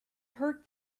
hurt